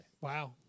Wow